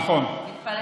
נכון.